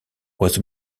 was